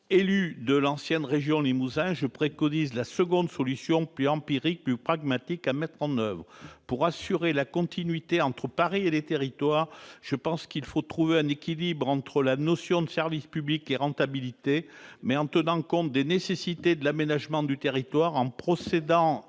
Élu de l'ancienne région Limousin, je préconise la seconde solution, plus empirique, plus pragmatique à mettre en oeuvre. Pour assurer la continuité entre Paris et les territoires, je pense qu'il faut trouver un équilibre entre notion de service public et rentabilité, mais en tenant compte des nécessités de l'aménagement du territoire, et en procédant